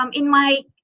um in my,